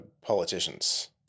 politicians